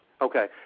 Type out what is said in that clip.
Okay